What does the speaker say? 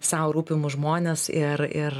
sau rūpimus žmones ir ir